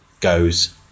goes